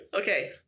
Okay